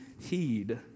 heed